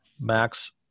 Max